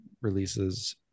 releases